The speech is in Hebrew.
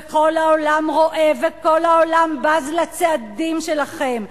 וכל העולם רואה וכל העולם בז לצעדים שלכם.